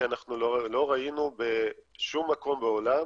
כי אנחנו לא ראינו בשום מקום בעולם